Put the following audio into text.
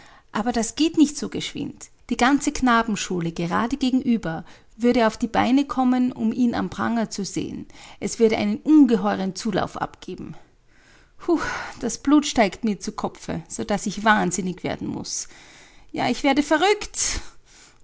aber das geht nicht so geschwind die ganze knabenschule gerade gegenüber würde auf die beine kommen um ihn am pranger zu sehen es würde einen ungeheuren zulauf abgeben hu das blut steigt mir zu kopfe sodaß ich wahnsinnig werden muß ja ich werde verrückt